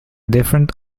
different